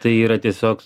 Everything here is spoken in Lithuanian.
tai yra tiesiog